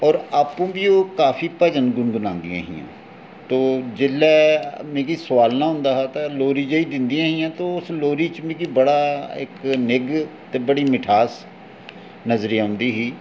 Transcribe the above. और आपूं बी ओह् काफी भजन गुनगुनादियां हियां ते जिसलै मिगी सोआलना होंदा हा तां लोरी जेही दिंदियां हियां तां उस लोरी च मिगी बड़ा इक निग्घ ते बड़ी मिठास नजरी औंदी ही